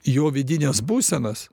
jo vidines būsenas